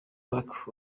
park